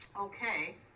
Okay